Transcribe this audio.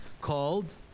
called